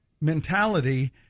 mentality